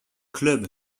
club